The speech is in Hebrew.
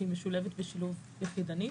שהיא משולבת בשילוב יחידני,